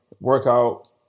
workout